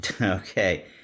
Okay